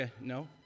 no